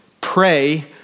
pray